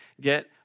get